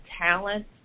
talent